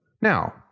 Now